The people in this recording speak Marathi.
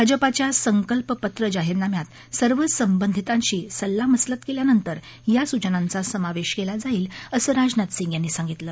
भाजपाच्या संकल्पपत्र जाहीरनाम्यात सर्व संबंधितांशी सल्लामसलत केल्यानंतर या सूचनांचा समावेश केला जाईल असं राजनाथ सिंह यांनी सांगितलं